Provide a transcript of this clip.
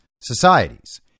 societies